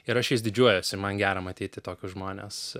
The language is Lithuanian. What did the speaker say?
ir aš jais didžiuojuosi man gera matyti tokius žmones